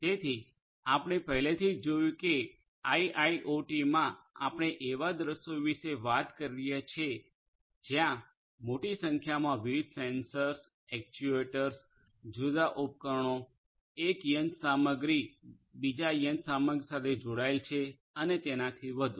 તેથી આપણે પહેલેથી જ જોયું છે કે આઇઆઇઓટીમા આપણે એવા દૃશ્યો વિશે વાત કરી રહ્યા છીએ જ્યાં મોટી સંખ્યામાં વિવિધ સેન્સર એક્ટ્યુએટર્સ જુદા જુદા ઉપકરણો એક યંત્રસામગ્રી બીજા યંત્રસામગ્રી સાથે જોડાયેલ છે અને તેનાથી વધુ